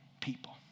people